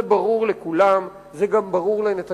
זה ברור לכולם, זה גם ברור לראש הממשלה נתניהו.